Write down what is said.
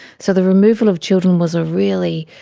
so the removal of children was a really,